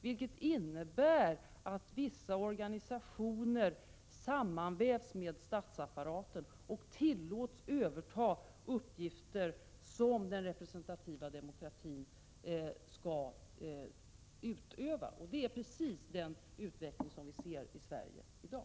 Detta innebär att vissa organisationer sammanvävs med statsapparaten och tillåts överta uppgifter Vissagrundlagsfrågor som den representativa demokratin skall utöva. Det är precis den utveckling — 71:77: som vi ser i Sverige i dag.